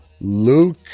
Luke